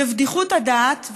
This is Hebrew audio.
בבדיחות הדעת,